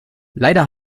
leider